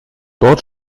dort